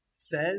says